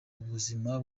ubuzima